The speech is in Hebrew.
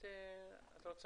ברשותכם,